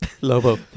Lobo